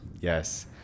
Yes